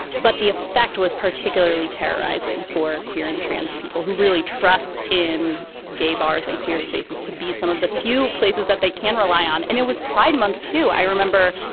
but the effect was particularly terrorizing for queer and trans people who really trust in gay bars and queer spaces to be some of the few places that they can rely on. and it was pride month, too. i remember,